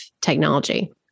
technology